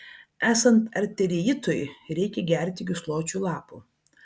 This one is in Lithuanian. esant arteriitui reikia gerti gysločių lapų